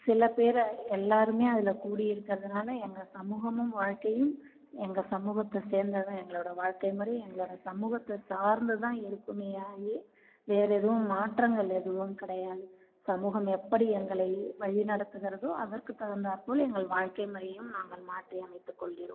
சில பேரை எல்லாருமே அதில் கூடி இருக்கிறதனால எங்கள் சமூகமும் வாழ்க்கையும் எங்கள் சமூகத்தை சேர்ந்த எங்களோட வாழ்க்கை முறை எங்களோட சமூகத்தை சார்ந்துதான் இருக்குமே ஆழி வேற எதுவும் மாற்றங்கள் எதுவும் கிடையாது சமூகம் எப்படி எங்களை வழி நடத்துகிறதோ அதற்கு தகுந்தாற்போல் எங்கள் வாழ்க்கை முறையும் நாங்கள் மாற்றி அமைத்து கொள்கிறோம்